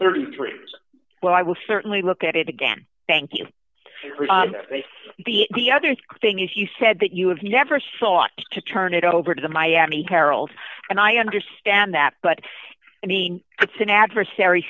thirty three well i will certainly look at it again thank you it's the the other thing is you said that you have never sought to turn it over to the miami herald and i understand that but i mean it's an adversary